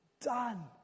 Done